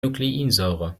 nukleinsäure